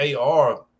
AR